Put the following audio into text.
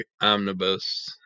Omnibus